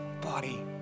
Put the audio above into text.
body